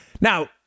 Now